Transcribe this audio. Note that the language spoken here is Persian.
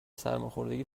سرماخوردگی